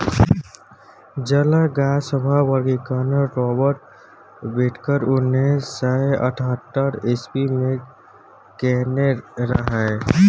जलक गाछ सभक वर्गीकरण राबर्ट बिटकर उन्नैस सय अठहत्तर इस्वी मे केने रहय